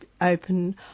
open